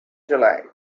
july